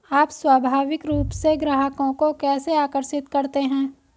आप स्वाभाविक रूप से ग्राहकों को कैसे आकर्षित करते हैं?